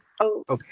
Okay